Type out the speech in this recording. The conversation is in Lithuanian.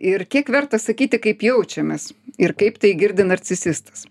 ir kiek verta sakyti kaip jaučiamės ir kaip tai girdi narcisistas